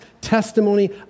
testimony